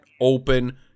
open